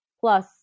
plus